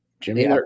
Jimmy